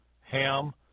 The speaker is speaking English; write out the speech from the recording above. Ham